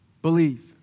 Believe